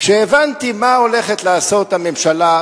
כשהבנתי מה הולכת לעשות הממשלה,